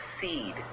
seed